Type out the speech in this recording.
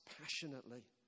passionately